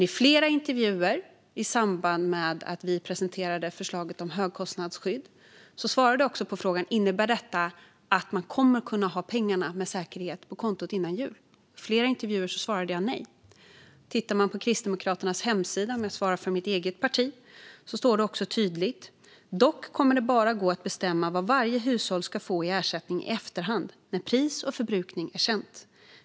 I flera intervjuer i samband med att vi presenterade förslaget om högkostnadsskydd svarade jag på frågan om detta innebar att man med säkerhet skulle ha pengarna på kontot före jul, och i flera intervjuer svarade jag nej. På Kristdemokraternas hemsida, för att svara för mitt eget parti, står det tydligt: "Dock kommer det bara gå att bestämma vad varje hushåll ska få i ersättning i efterhand, när pris och förbrukning är känt.